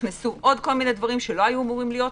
נכנסו עוד כמה דברים, שלא היו אמורים להיות.